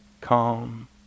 calm